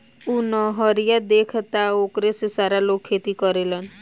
उ नहरिया देखऽ तारऽ ओकरे से सारा लोग खेती करेलेन